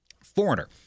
Foreigner